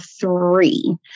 three